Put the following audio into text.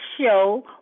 show